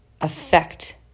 affect